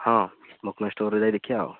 ହଁ ଷ୍ଟୋର୍ରେ ଯାଇ ଦେଖିବା ଆଉ